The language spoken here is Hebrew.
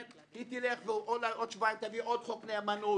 היא תביא עוד שבועיים עוד חוק נאמנות.